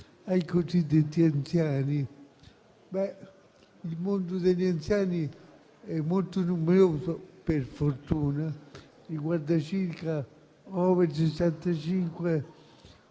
ai cosiddetti anziani. Il mondo degli anziani è molto numeroso, per fortuna, e riguarda circa 14